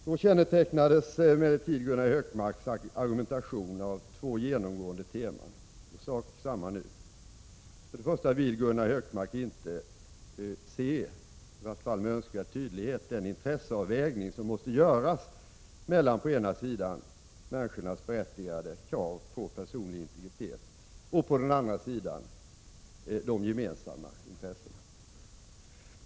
Då kännetecknades emellertid Gunnar Hökmarks argumentation av två genomgående teman, sak samma nu: För det första vill Gunnar Hökmark inte se, framför allt inte med önskvärd tydlighet, den intresseavvägning som måste göras mellan på ena sidan människornas berättigade krav på personlig integritet och på andra sidan de gemensamma intressena.